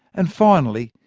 and finally,